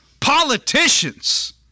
Politicians